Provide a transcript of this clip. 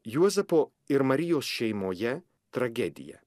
juozapo ir marijos šeimoje tragedija